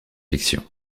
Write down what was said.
fiction